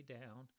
down